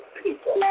people